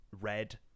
red